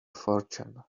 fortune